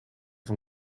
van